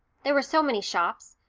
there were so many shops,